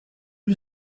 you